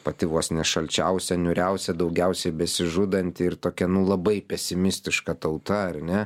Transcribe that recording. pati vos ne šalčiausia niūriausia daugiausiai besižudanti ir tokia labai pesimistiška tauta ar ne